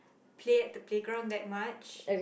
play at the playground that much